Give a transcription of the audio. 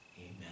Amen